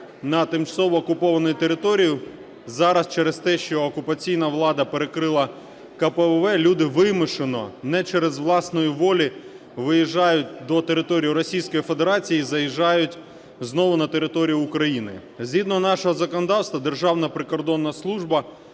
на тимчасово окупованих територіях. Зараз через те, що окупаційна влада перекрила КПВВ, люди вимушено, не через власну волю виїжджають до території Російської Федерації і заїжджають знову на територію України. Згідно нашого законодавства Державна прикордонна служба